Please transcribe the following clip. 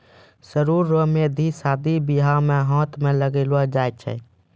सरु रो मेंहदी शादी बियाह मे हाथ मे लगैलो जाय छै